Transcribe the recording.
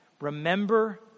Remember